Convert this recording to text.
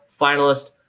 finalist